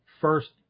first